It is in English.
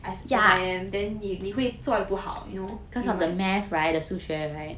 S_I_M then 你你会做不好 you know